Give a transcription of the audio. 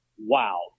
wow